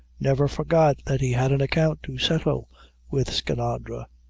never forgot that he had an account to settle with skinadre.